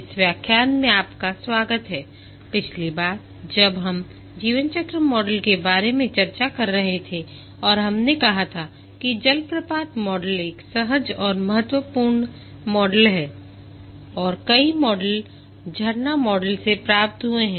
इस व्याख्यान में आपका स्वागत है पिछली बार जब हम जीवन चक्र मॉडल के बारे में चर्चा कर रहे थे और हमने कहा था कि जलप्रपात मॉडल एक सहज और महत्वपूर्ण मॉडल है और कई मॉडल झरना हां मॉडल से प्राप्त हुए हैं